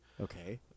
Okay